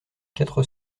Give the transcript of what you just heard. quatre